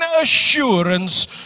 assurance